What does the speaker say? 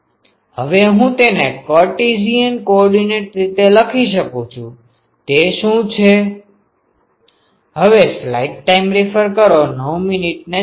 હવે હું તેને કાર્ટેશિયન કોઓર્ડીનેટ રીતે લખી શકું છું તે શું છે